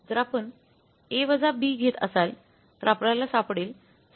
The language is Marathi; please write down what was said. जर आपण A B घेत असाल तर आपल्याला सापडेल